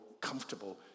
comfortable